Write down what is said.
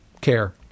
care